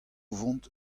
vont